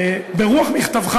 ברוח מכתבך,